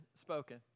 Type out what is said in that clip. spoken